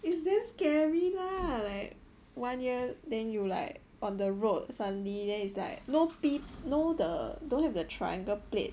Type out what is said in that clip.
it's damn scary lah like one year then you like on the road suddenly then is like no P no the don't have the triangle plate